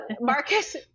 Marcus